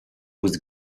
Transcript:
with